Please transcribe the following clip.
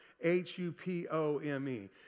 H-U-P-O-M-E